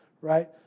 right